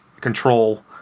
control